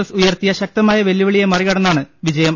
S ഉയർത്തിയ ശക്തമായ വെല്ലുവിളിയെ മറികടന്നാണ് വിജയം